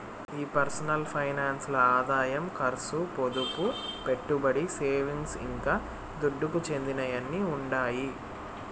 ఈ personal finance ల్ల ఆదాయం కర్సు, పొదుపు, పెట్టుబడి, సేవింగ్స్, ఇంకా దుడ్డుకు చెందినయ్యన్నీ ఉండాయి